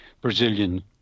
Brazilian